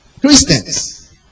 Christians